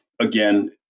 again